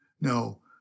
No